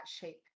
shape